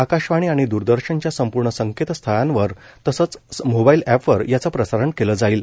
आकाशवाणी आणि दूरदर्शनच्या संपूर्ण संकेतस्थळावर तसंच मोबाईल अप्रवर याचं प्रसारण केलं जाईल